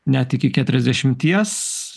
net iki keturiasdešimties